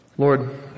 Lord